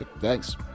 Thanks